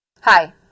hi